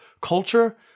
culture